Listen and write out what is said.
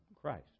Christ